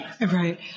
Right